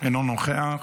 אינו נוכח.